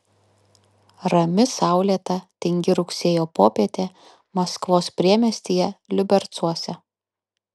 rami saulėta tingi rugsėjo popietė maskvos priemiestyje liubercuose